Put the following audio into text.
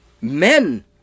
men